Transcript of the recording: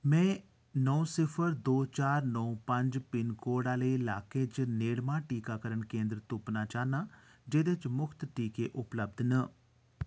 में नौ सिफर दौ चार नौ पंज पिनकोड आह्ले लाके च नेड़मा टीकाकरण केंदर तुप्पना चाह्न्नां जेह्दे च मुख्त टीके उपलब्ध न